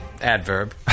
adverb